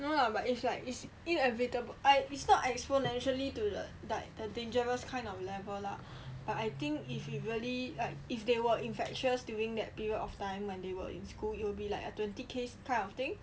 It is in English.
no lah but it's like it's inevitable it's I not exponentially to the like the dangerous kind of level lah but I think if you really like if they were infectious during that period of time when they were in school it will be like a twenty case kind of a thing